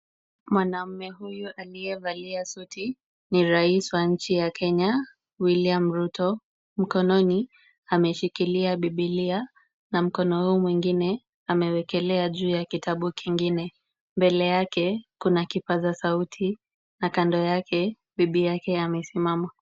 Mwanamme huyu aliyevalia suti ni Rais wa nchi ya Kenya, William Ruto, mkononi ameshikilia bibilia na mkono huu mwingine amewekelea juu ya kitabu kingine. Mbele yake kuna kipaza sauti, na kando yake bibi yake amesimama.